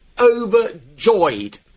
overjoyed